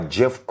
Jeff